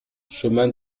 chemin